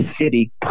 city